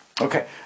Okay